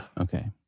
Okay